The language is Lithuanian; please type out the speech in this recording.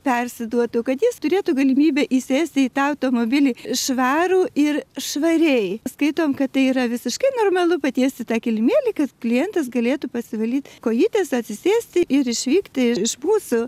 persiduotų kad jis turėtų galimybę įsėsti į tą automobilį švarų ir švariai skaitom kad tai yra visiškai normalu patiesti tą kilimėlį kad klientas galėtų pasivalyt kojytes atsisėsti ir išvykti iš mūsų